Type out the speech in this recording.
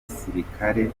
basirikare